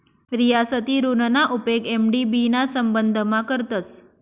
रियासती ऋणना उपेग एम.डी.बी ना संबंधमा करतस